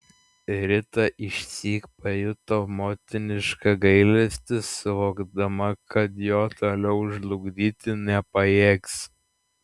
rita išsyk pajuto motinišką gailestį suvokdama kad jo toliau žlugdyti nepajėgs